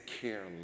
care